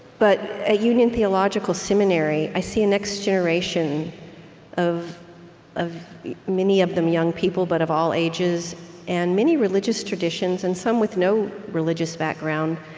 but at ah union theological seminary, i see a next generation of of many of them young people, but of all ages and many religious traditions, and some with no religious background